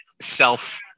self